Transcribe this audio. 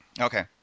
Okay